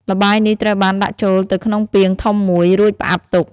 ល្បាយនេះត្រូវបានដាក់ចូលទៅក្នុងពាងធំមួយ រួចផ្អាប់ទុក។